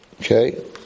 Okay